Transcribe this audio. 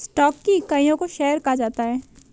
stock की इकाइयों को शेयर कहा जाता है